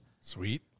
Sweet